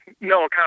no